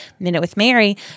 minutewithmary